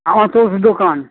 আমার তো ওষুধের দোকান